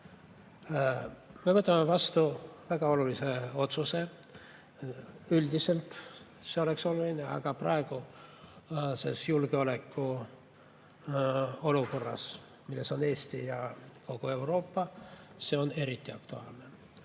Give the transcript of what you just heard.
Me võtame vastu väga olulise otsuse. See oleks üldiseltki oluline, aga praeguses julgeolekuolukorras, milles on Eesti ja kogu Euroopa, on see eriti aktuaalne. Ma